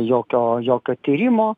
jokio jokio tyrimo